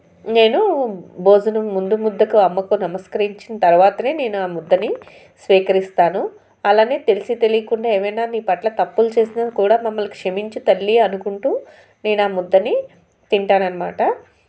నేను భోజనం ముందు ముద్దకు అమ్మకు నమస్కరించిన తర్వాతనే నేను ఆ ముద్దని స్వీకరిస్తాను అలానే తెలిసి తెలియకుండా ఏమైనా నీ పట్ల తప్పులు చేసిన కూడా మమ్మల్ని క్షమించు తల్లి అనుకుంటూ నేనాముద్దని తింటాననమాట